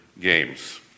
Games